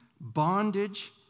bondage